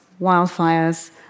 wildfires